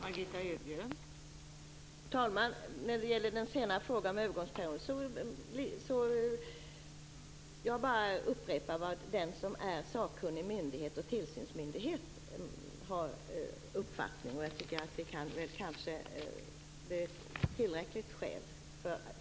Fru talman! När det gäller den senare frågan om övergångsperioden vill jag bara än en gång hänvisa till vad den som är sakkunnig myndighet och tillsynsmyndighet har för uppfattning. Jag tycker att den uppfattningen kanske kan vara ett tillräckligt skäl.